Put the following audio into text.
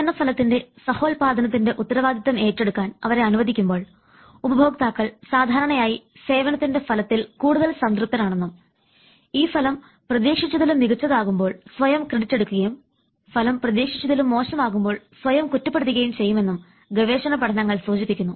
സേവന ഫലത്തിൻറെ സഹോൽപ്പാദനത്തിൻറെ ഉത്തരവാദിത്വം ഏറ്റെടുക്കാൻ അവരെ അനുവദിക്കുമ്പോൾ ഉപഭോക്താക്കൾ സാധാരണയായി സേവനത്തിൻറെ ഫലത്തിൽ കൂടുതൽ സംതൃപ്തരാണെന്നും ഈ ഫലം പ്രതീക്ഷിച്ചതിലും മികച്ചതാകുമ്പോൾ സ്വയം ക്രെഡിറ്റ് എടുക്കുകയും ഫലം പ്രതീക്ഷിച്ചതിലും മോശമാകുമ്പോൾ സ്വയം കുറ്റപ്പെടുത്തുകയും ചെയ്യുമെന്നും ഗവേഷണ പഠനങ്ങൾ സൂചിപ്പിക്കുന്നു